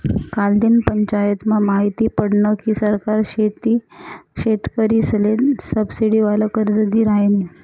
कालदिन पंचायतमा माहिती पडनं की सरकार शेतकरीसले सबसिडीवालं कर्ज दी रायनी